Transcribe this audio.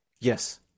Yes